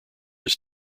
his